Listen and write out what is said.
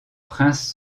prince